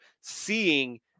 seeing